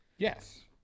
Yes